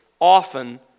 often